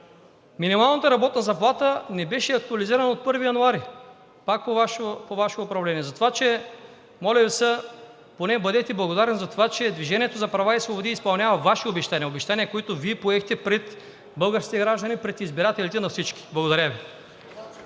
минималната работна заплата не беше актуализирана от 1 януари, пак по Вашето управление. Затова, моля Ви се, поне бъдете благодарни за това, че „Движение за права и свободи“ изпълнява Ваше обещание, обещание, което Вие поехте пред българските граждани, пред избирателите на всички. Благодаря Ви.